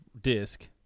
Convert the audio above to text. disk